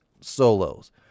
solos